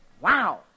Wow